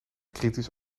kritisch